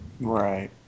Right